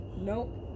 Nope